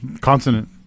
Consonant